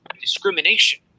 discrimination